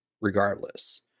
regardless